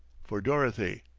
for dorothy.